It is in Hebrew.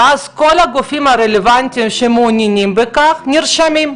ואז כל הגופים הרלוונטיים שמעוניינים בכך נרשמים,